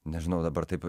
nežinau dabar taip